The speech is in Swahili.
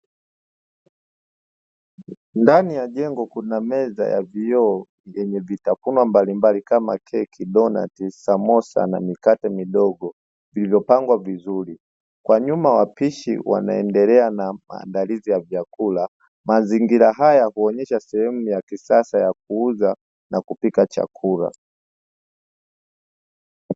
Ndani ya jengo kuna meza ya vioo yenye vitafunwa mbalimbali kama keki, donati, samosa na mikate midogo viliyopangwa vizuri, kwa nyuma wapishi wanaendelea na maandalizi ya vyakula. Mazingira haya huonyesha sehemu ya kisasa ya kuuza na kupika chakula.